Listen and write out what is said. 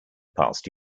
past